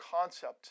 concept